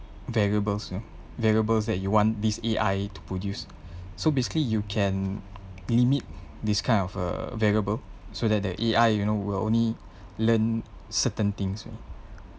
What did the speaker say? variables you know variables that you want this A_I to produce so basically you can limit this kind of err variable so that the A_I you know will only learn certain things uh